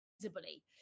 visibly